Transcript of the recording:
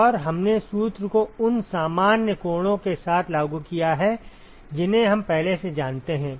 और हमने सूत्र को उन सामान्य कोणों के साथ लागू किया है जिन्हें हम पहले से जानते हैं